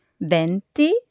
Venti